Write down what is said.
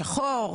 שחור?